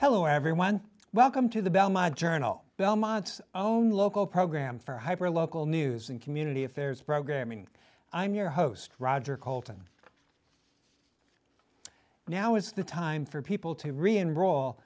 llo everyone welcome to the belmont journal belmont's own local program for hyper local news and community affairs programming i'm your host roger coulton now is the time for people to reenroll